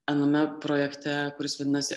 aname projekte kuris vadinosi